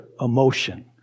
emotion